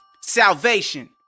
Salvation